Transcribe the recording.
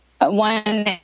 one